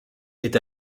est